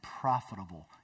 profitable